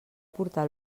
portar